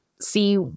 see